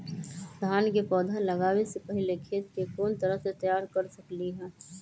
धान के पौधा लगाबे से पहिले खेत के कोन तरह से तैयार कर सकली ह?